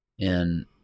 And-